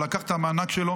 הוא לקח את המענק שלו